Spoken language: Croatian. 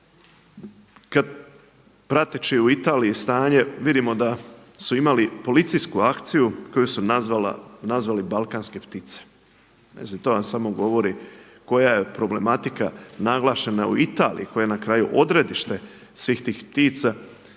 Kad, prateći u Italiji stanje vidimo da su imali policijsku akciju koju su nazvali balkanske ptice. Mislim to vam samo govori koja je problematika naglašena u Italiji, koja je na kraju odredište svih tih ptica,